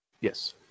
yes